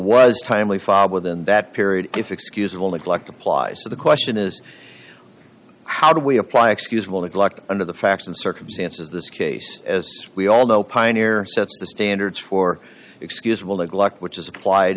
was timely filed within that period if excusable neglect applies to the question is how do we apply excusable neglect under the facts and circumstances this case as we all know pioneer sets the standards for excusable neglect which is applied